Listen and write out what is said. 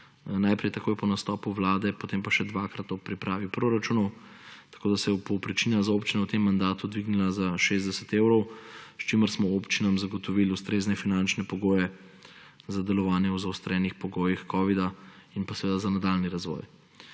najprej takoj po nastopu vlade, potem pa še dvakrat ob pripravi proračunov, tako da se je povprečnina za občino v tem mandatu dvignila za 60 evrov, s čimer smo občinam zagotovili ustrezne finančne pogoje za delovanje v zaostrenih pogojih covida in za nadaljnji razvoj.